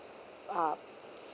uh